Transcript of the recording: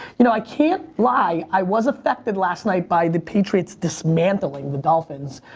you know, i can't lie, i was affected last night by the patriots dismantling the dolphins.